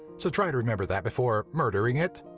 so try to remember that before murdering it.